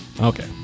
Okay